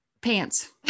pants